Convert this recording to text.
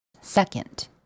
Second